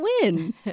win